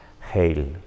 Hail